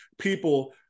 people